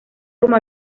como